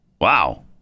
Wow